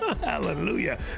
Hallelujah